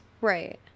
Right